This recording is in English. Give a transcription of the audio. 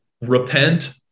Repent